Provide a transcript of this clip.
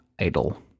idol